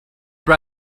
but